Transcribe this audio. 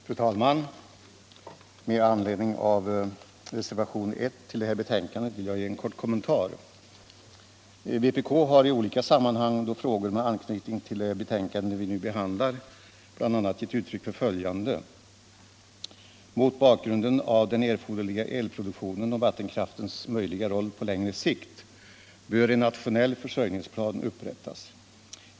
Fru talman! Med anledning av reservationen 1 till civilutskottets betänkande nr 18 vill jag göra en kort kommentar. Vpk har i olika sammanhang, då frågor med anknytning till det betänkande vi nu behandlar debatterats, bl.a. gett uttryck för följande: Mot bakgrunden av den erforderliga elproduktionen och vattenkraftens möjliga roll på längre sikt bör en nationell försörjningsplan upprättas.